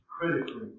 critically